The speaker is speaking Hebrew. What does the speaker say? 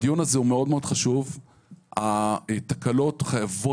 וגם ככה הדיון הזה הוא טעון ואם אנחנו לא נכבד